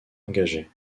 engagée